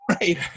Right